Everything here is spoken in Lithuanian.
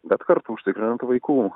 bet kartu užtikrinant vaikų